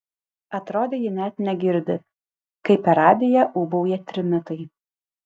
atrodė ji net negirdi kaip per radiją ūbauja trimitai